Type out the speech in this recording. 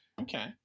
Okay